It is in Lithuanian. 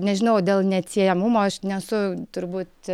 nežinau dėl neatsiejamumo aš nesu turbūt